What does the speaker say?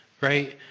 Right